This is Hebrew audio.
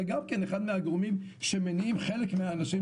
גם חלק מהגורמים שמניעים חלק מהאנשים,